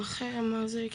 עם החרם הזה,